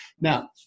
now